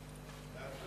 בעד.